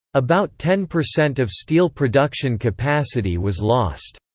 about ten percent of steel production capacity was lost.